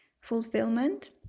fulfillment